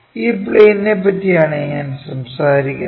ഈ പ്ലെയിനെ പറ്റിയാണ് ഞാൻ സംസാരിക്കുന്നത്